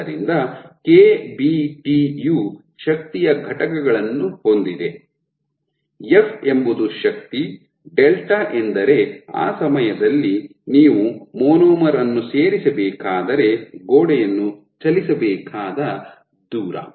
ಆದ್ದರಿಂದ KBT ಯು ಶಕ್ತಿಯ ಘಟಕಗಳನ್ನು ಹೊಂದಿದೆ ಎಫ್ ಎಂಬುದು ಶಕ್ತಿ ಡೆಲ್ಟಾ ಎಂದರೆ ಆ ಸಮಯದಲ್ಲಿ ನೀವು ಮಾನೋಮರ್ ಅನ್ನು ಸೇರಿಸಬೇಕಾದರೆ ಗೋಡೆಯನ್ನು ಚಲಿಸಬೇಕಾದ ದೂರ